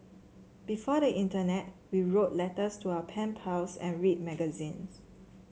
before the internet we wrote letters to our pen pals and read magazines